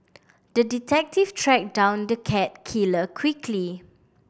the detective tracked down the cat killer quickly